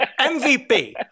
MVP